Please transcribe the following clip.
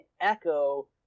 echo